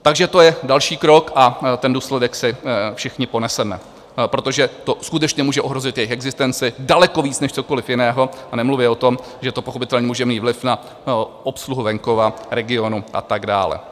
Takže to je další krok a ten důsledek si všichni poneseme, protože to skutečně může ohrozit jejich existenci daleko víc než cokoliv jiného a nemluvě o tom, že to pochopitelně může mít vliv na obsluhu venkova, regionu a tak dále.